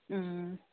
ꯎꯝ